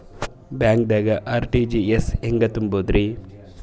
ಬ್ಯಾಂಕ್ದಾಗ ಆರ್.ಟಿ.ಜಿ.ಎಸ್ ಹೆಂಗ್ ತುಂಬಧ್ರಿ?